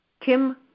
Kim